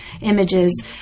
images